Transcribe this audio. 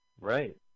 right